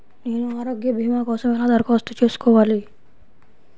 నేను ఆరోగ్య భీమా కోసం ఎలా దరఖాస్తు చేసుకోవాలి?